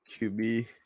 QB